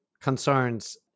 concerns